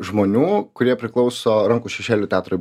žmonių kurie priklauso rankų šešėlių teatrui